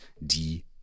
die